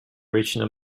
original